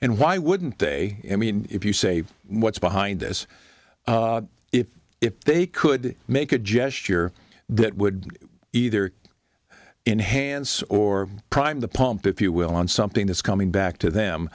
and why wouldn't they i mean if you say what's behind this if if they could make a gesture that would either enhanced or prime the pump if you will on something that's coming back to them